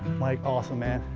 mike, awesome, man.